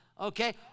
okay